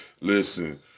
Listen